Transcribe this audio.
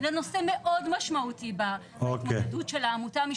לנושא מאוד משמעותי בהתמודדות של העמותה.